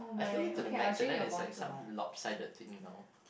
I feel it to the max and then there's like some lopsided thing down